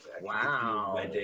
wow